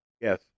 Yes